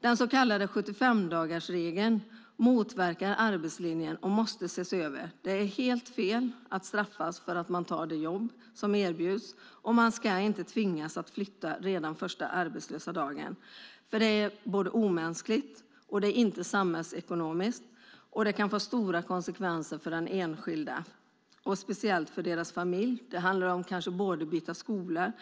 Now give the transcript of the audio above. Den så kallade 75-dagarsregeln motverkar arbetslinjen och måste ses över. Det är helt fel att straffas för att man tar de jobb som erbjuds, och man ska inte tvingas att flytta redan första arbetslösa dagen. Det är omänskligt, och det är inte samhällsekonomiskt. Det kan få stora konsekvenser för den enskilde, och speciellt för familjen. Det kanske handlar om att byta skola,